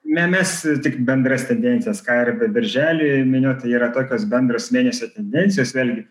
me mes tik bendras tendencijas ką ir apie birželį minėjau tai yra tokios bendros mėnesio tendencijos vėlgi